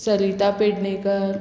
Sarita Pednekar